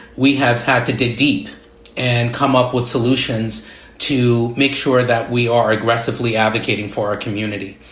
we have had to dig deep and come up with solutions to make sure that we are aggressively advocating for our community.